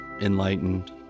enlightened